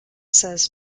says